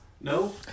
no